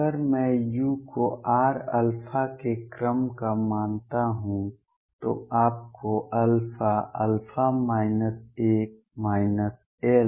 अगर मैं u को r के क्रम का मानता हूं तो आपको ll10 मिलता है